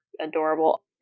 adorable